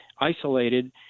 Isolated